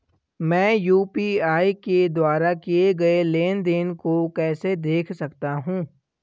मैं यू.पी.आई के द्वारा किए गए लेनदेन को कैसे देख सकता हूं?